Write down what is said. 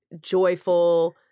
joyful